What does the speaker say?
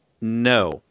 No